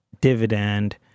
dividend